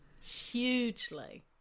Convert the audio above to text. Hugely